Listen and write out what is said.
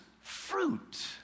fruit